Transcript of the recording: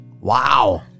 Wow